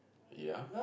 ya